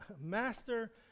master